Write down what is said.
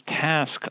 task